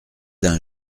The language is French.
d’un